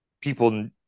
people